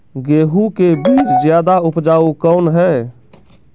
गेहूँ के बीज ज्यादा उपजाऊ कौन है?